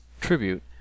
tribute